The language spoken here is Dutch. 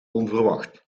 onverwacht